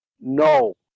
no